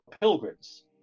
pilgrims